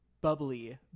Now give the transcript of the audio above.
Bubbly